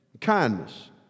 kindness